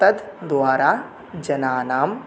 तत् द्वारा जनानां